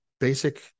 basic